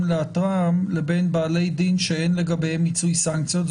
לאתרם לבין בעלי דין שאין לגביהם מיצוי סנקציות?